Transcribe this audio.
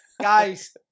Guys